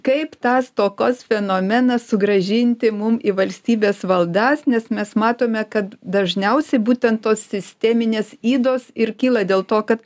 kaip tą stokos fenomeną sugrąžinti mum į valstybės valdas nes mes matome kad dažniausiai būtent tos sisteminės ydos ir kyla dėl to kad